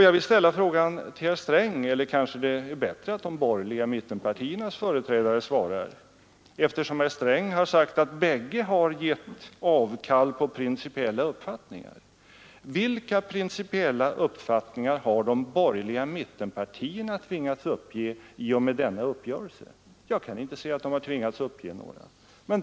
Jag vill ställa frågan till herr Sträng, eller kanske det är bättre att de borgerliga mittenpartiernas företrädare svarar, eftersom herr Sträng har sagt att bägge parter har givit avkall på principiella uppfattningar: Vilka principiella uppfattningar har de borgerliga mittenpartierna tvingats uppge i och med denna uppgörelse? Jag kan inte se att de har tvingats uppge några.